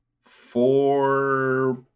four